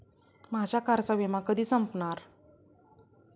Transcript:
माझ्या कारचा विमा कधी संपणार